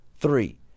three